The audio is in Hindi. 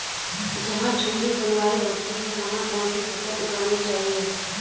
जहाँ ठंडी जलवायु होती है वहाँ कौन सी फसल उगानी चाहिये?